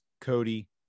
cody